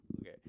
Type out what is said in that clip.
Okay